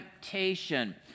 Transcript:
temptation